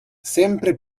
sempre